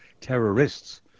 terrorists